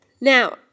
now